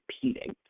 competing